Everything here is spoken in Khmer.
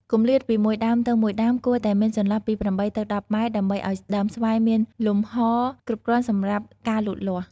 គម្លាតពីមួយដើមទៅមួយដើមគួរតែមានចន្លោះពី ៨ ទៅ ១០ ម៉ែត្រ ដើម្បីឲ្យដើមស្វាយមានលំហគ្រប់គ្រាន់សម្រាប់ការលូតលាស់។